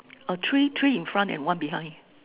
uh three three in front and one behind